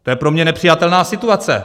To je pro mě nepřijatelná situace.